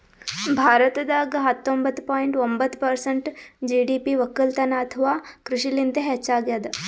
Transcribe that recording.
ಭಾರತದಾಗ್ ಹತ್ತೊಂಬತ್ತ ಪಾಯಿಂಟ್ ಒಂಬತ್ತ್ ಪರ್ಸೆಂಟ್ ಜಿ.ಡಿ.ಪಿ ವಕ್ಕಲತನ್ ಅಥವಾ ಕೃಷಿಲಿಂತೆ ಹೆಚ್ಚಾಗ್ಯಾದ